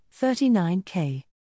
39k